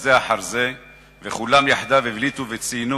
בזה אחר זה וכולם יחדיו הבליטו וציינו